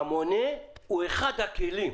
המונה הוא אחד הכלים.